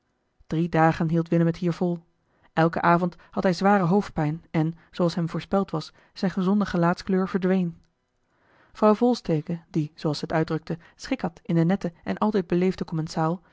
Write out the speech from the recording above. drie dagen hield willem het hier vol elken avond had hij zware hoofdpijn en zooals hem voorspeld was zijne gezonde gelaatskleur verdween vrouw volsteke die zooals ze het uitdrukte schik had in den netten en altijd